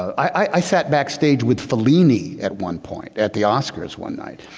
i sat backstage with fellini at one point at the oscars one night.